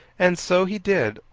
and so he did,